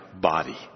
body